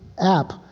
app